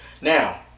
Now